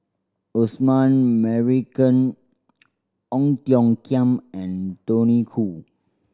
Osman Merican Ong Tiong Khiam and Tony Khoo